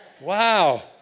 wow